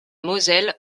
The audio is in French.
moselle